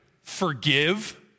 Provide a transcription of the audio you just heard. forgive